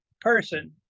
person